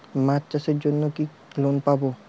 মাছ চাষের জন্য কি লোন পাব?